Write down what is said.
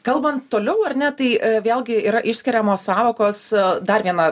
kalbant toliau ar ne tai a vėlgi yra išskiriamos sąvokos dar viena